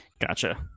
Gotcha